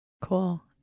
Cool